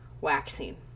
waxing